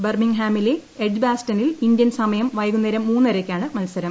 ബിർമിംഗ്ഹാമിലെ എഡ്ജ്ബാസ്റ്റനിൽ ഇന്ത്യൻ സമയം വൈകുന്നേരം മൂന്നരയ്ക്കാണ് മത്സരം